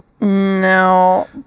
no